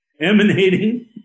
emanating